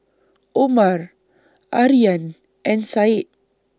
Omar Aryan and Said